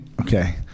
Okay